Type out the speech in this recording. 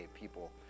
people